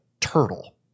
turtle